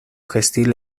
gentil